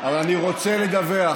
אבל אני רוצה לדווח,